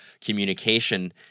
communication